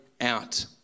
out